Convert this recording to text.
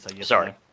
Sorry